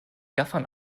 gaffern